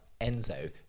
Enzo